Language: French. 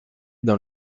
dans